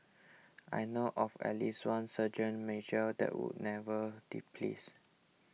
I know of at least one sergeant major that would never displeased